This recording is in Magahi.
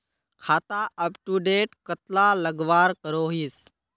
खाता अपटूडेट कतला लगवार करोहीस?